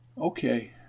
Okay